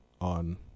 on